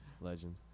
Legend